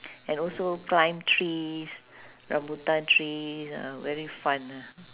and also climb trees rambutan trees uh very fun ah